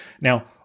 Now